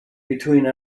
between